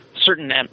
certain